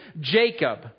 Jacob